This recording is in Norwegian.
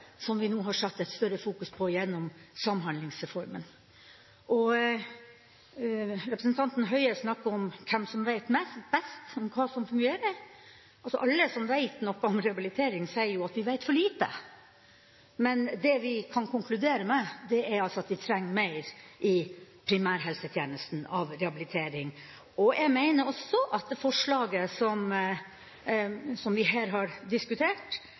som vi nå har satt et større fokus på gjennom Samhandlingsreformen. Representanten Høie snakker om hvem som vet best hva som fungerer. Alle som vet noe om rehabilitering, sier at vi vet for lite, men det vi kan konkludere med, er at vi trenger mer rehabilitering i primærhelsetjenesten. Jeg mener også at forslaget om fritt rehabiliteringsvalg, som vi her har diskutert,